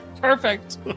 Perfect